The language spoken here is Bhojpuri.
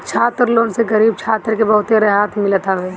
छात्र लोन से गरीब छात्र के बहुते रहत मिलत हवे